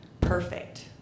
perfect